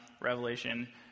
Revelation